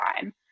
time